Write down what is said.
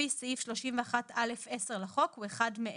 לפי סעיף 31(א)(10) לחוק הוא אחד מאלה: